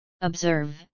Observe